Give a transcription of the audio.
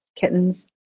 kittens